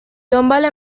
دنبال